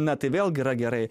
na tai vėlgi yra gerai